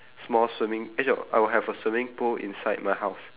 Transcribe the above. small swimming eh no I would have a swimming pool inside my house